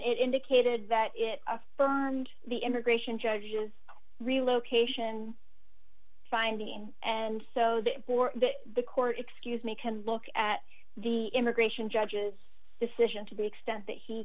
it indicated that it affirmed the immigration judges relocation finding and so they bore the court excuse me can look at the immigration judge's decision to be extent that he